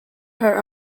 her